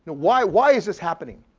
why why is this happening?